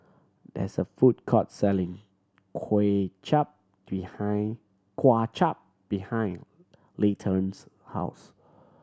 there is a food court selling Kway Chap behind kwa chap behind Layton's house